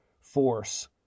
force